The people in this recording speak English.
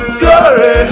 glory